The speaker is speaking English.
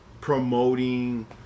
promoting